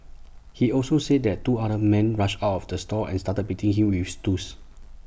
he also said that two other men rushed out of the store and started beating him with stools